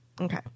Okay